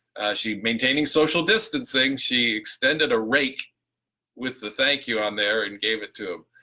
she, maintaining social distancing, she extended a rake with the thank you on there and gave it to him,